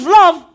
love